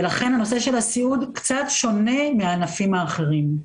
ולכן הנושא של הסיעוד קצת שונה מהענפים האחרים.